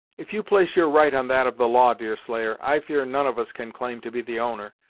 if you place your right on that of the law, deerslayer, i fear none of us can claim to be the owner.